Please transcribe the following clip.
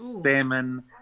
salmon